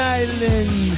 island